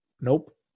Nope